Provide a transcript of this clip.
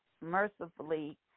mercifully